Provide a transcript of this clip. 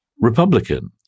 Republican